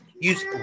use